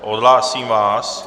Odhlásím vás.